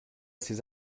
ces